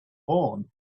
born